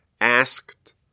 asked